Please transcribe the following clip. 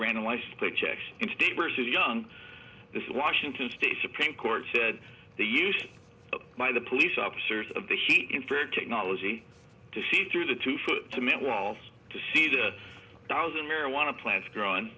random license plate checks in today versus young this is washington state supreme court said the use by the police officers of the he infrared technology to see through the two foot cement walls to see the thousand marijuana plants grow